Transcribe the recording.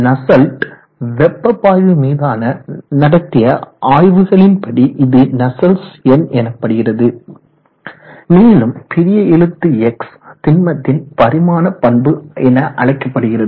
நஸ்சல்ட் வெப்ப பாய்வு மீதான நடத்திய ஆய்வுகளின்படி இது நஸ்சல்ட்ஸ் எண் எனப்படுகிறது மேலும் பெரிய எழுத்து X திண்மத்தின் பரிமாண பண்பு என அழைக்கப்படுகிறது